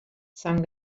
sant